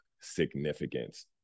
significance